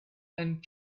and